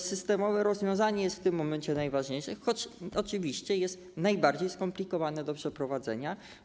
Systemowe rozwiązanie jest w tym momencie najważniejsze, choć oczywiście jest najbardziej skomplikowane do przeprowadzenia.